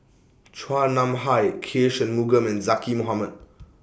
Chua Nam Hai K Shanmugam and Zaqy Mohamad